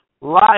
life